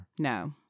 No